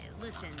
Listen